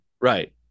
right